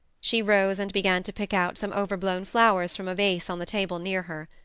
she rose, and began to pick out some overblown flowers from a vase on the table near her.